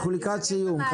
אנחנו לקראת סיום.